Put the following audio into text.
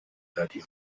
دادیم